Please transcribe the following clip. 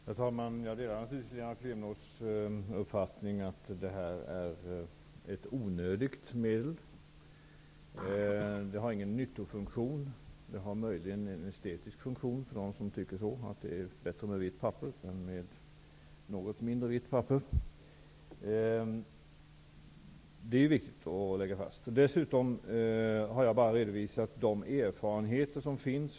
Herr talman! Jag delar naturligtvis Lena Klevenås uppfattning att det är ett onödigt medel. Det har ingen nyttofunktion. Det har möjligen en estetisk funktion för den som tycker att det är bättre med vitt papper än med något mindre vitt papper. Det är viktigt att lägga fast. Dessutom har jag bara redovisat de erfarenheter som finns.